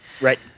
Right